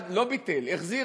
לא ביטל: החזיר,